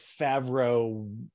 favreau